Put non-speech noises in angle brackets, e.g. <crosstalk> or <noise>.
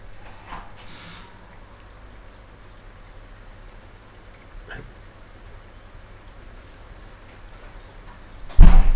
<noise>